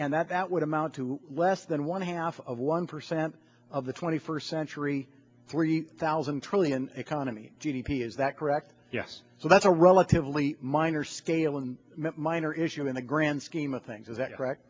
and that would amount to less than one half of one percent of the twenty first century forty thousand trillion economy g d p is that correct yes so that's a relatively minor scale and minor issue in the grand scheme of things is that correct